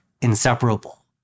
inseparable